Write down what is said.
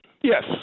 Yes